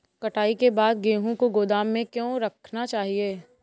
कटाई के बाद गेहूँ को गोदाम में क्यो रखना चाहिए?